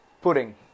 pudding